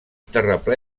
terraplè